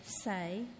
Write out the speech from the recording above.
say